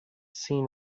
seen